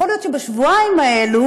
יכול להיות שבשבועיים האלה